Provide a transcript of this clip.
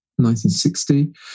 1960